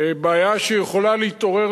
בעיה שיכולה להתעורר,